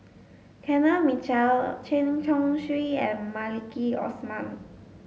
Kenneth Mitchell Chen Chong Swee and Maliki Osman